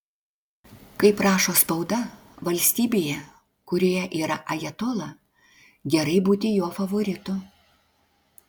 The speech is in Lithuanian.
kaip rašo spauda valstybėje kurioje yra ajatola gerai būti jo favoritu